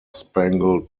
spangled